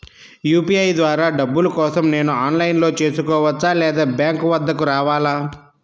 UPI ద్వారా డబ్బులు కోసం నేను ఆన్లైన్లో చేసుకోవచ్చా? లేదా బ్యాంక్ వద్దకు రావాలా?